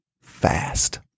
fast